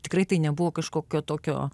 tikrai tai nebuvo kažkokio tokio